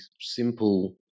simple